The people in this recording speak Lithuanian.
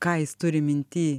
ką jis turi minty